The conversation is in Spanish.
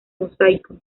mosaico